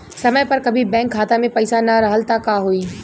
समय पर कभी बैंक खाता मे पईसा ना रहल त का होई?